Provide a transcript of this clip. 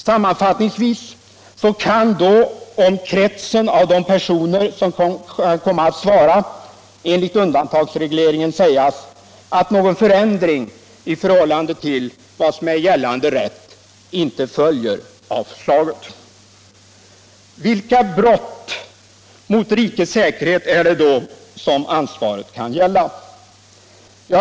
Sammanfatltningsvis kan då om kretsen av de personer, som kan komma att svara enligt undantagsregleringen, sägas att någon förändring i förhållande till vad som är gällande rätt inte följer av förslaget. Vilka brott mot rikets säkerhet är det då som ansvaret kan gälla?